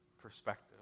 Perspective